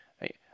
Right